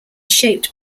shaped